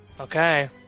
Okay